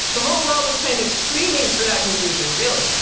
the whole world was kind of screaming for that conclusion. really.